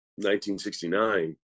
1969